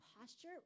posture